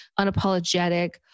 unapologetic